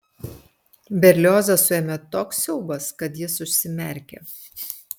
berliozą suėmė toks siaubas kad jis užsimerkė